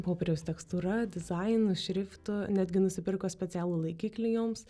popieriaus tekstūra dizainu šriftu netgi nusipirko specialų laikiklį joms